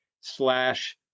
slash